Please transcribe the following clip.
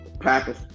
Packers